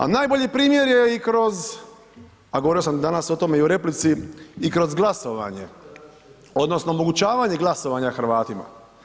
Ali najbolji promjer je i kroz, a govorio sam danas o tome i u replici, i kroz glasovanje odnosno omogućavanje glasovanje Hrvatima.